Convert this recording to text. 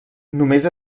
només